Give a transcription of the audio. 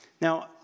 Now